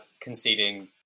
conceding